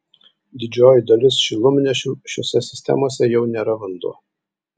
didžioji dalis šilumnešių šiose sistemose jau nėra vanduo